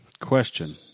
question